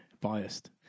biased